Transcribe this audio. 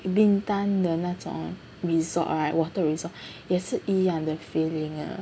Bintan 的那种 resort right water resort 也是一样的 feeling ah